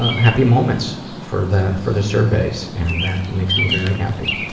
ah happy moments for the for the surveys and that makes me very happy.